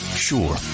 Sure